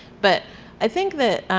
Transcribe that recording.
but i think that